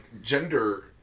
gender